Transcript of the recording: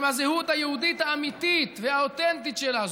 עם הזהות היהודית האמיתית והאותנטית שלה,